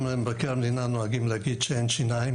גם לגבי מבקר המדינה נוהגים להגיד שאין שיניים,